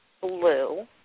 blue